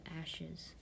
ashes